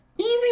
easy